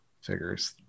figures